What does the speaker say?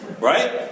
right